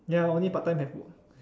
ya only part time can put